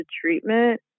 treatment